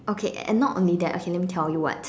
okay and not only that okay let me tell you what